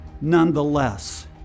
nonetheless